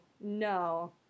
no